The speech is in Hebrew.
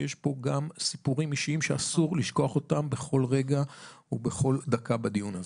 יש פה גם סיפורים אישיים שאסור לשכוח אותם בכל רגע ובכל דקה בדיון הזה.